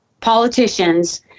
politicians